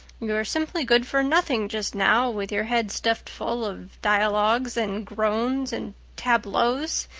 you are simply good for nothing just now with your head stuffed full of dialogues and groans and tableaus.